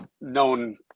known